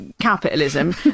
capitalism